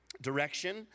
Direction